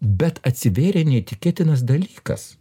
bet atsivėrė neįtikėtinas dalykas